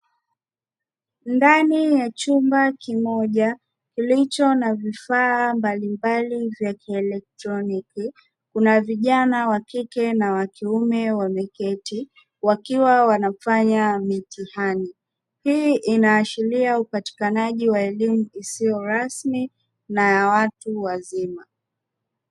Ndani ya chumba kimoja kilicho na vifaa mbalimbali vya kielektroniki, kuna vijana wa kike na wa kiume wameketi; wakiwa wanafanya mitihani. Hii inaashiria upatikanaji wa elimu isiyo rasmi na ya watu wazima.